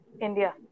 India